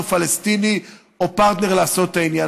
פלסטיני או פרטנר לעשות את העניין.